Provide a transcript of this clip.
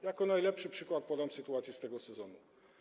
Jako najlepszy przykład podam sytuację z tego sezonu.